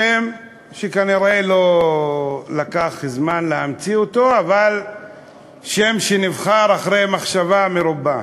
שם שכנראה לא לקח זמן להמציא אותו אבל שם שנבחר אחרי מחשבה מרובה.